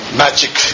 magic